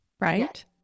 right